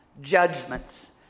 judgments